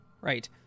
right